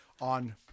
on